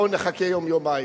בואו נחכה יום-יומיים.